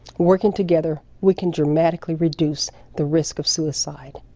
working together, we can dramatically reduce the risk of suicide.